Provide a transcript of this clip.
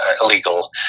illegal